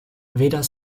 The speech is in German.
weder